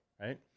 right